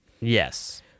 Yes